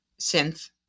synth